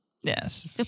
Yes